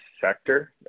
sector